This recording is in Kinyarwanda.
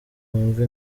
wumve